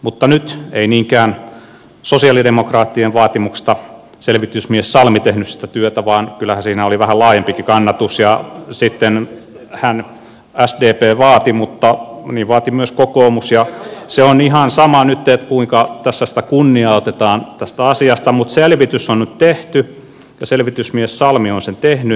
mutta nyt ei niinkään sosialidemokraattien vaatimuksesta selvitysmies salmi tehnyt sitä työtä vaan kyllähän siinä oli vähän laajempikin kannatus ja sittenhän sdp sitä vaati mutta niin vaati myös kokoomus ja se on ihan sama nyt kuinka tässä sitä kunniaa otetaan tästä asiasta selvitys on tehty selvitysmies salmi on sen tehnyt